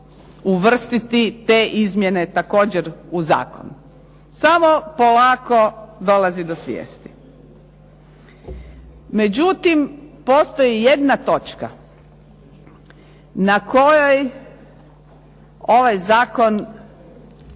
uvrstiti te izmjene također u zakon. Samo polako dolazi do svijesti. Međutim, postoji jedna točka na kojoj ovaj zakon